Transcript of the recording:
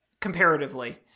Comparatively